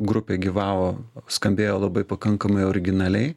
grupė gyvavo skambėjo labai pakankamai originaliai